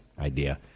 idea